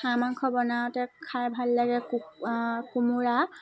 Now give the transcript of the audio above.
হাঁহ মাংস বনাওঁতে খাই ভাল লাগে কো কোমোৰা